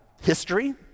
history